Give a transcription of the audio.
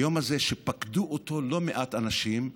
היום הזה, שפקדו אותו לא מעט אנשים,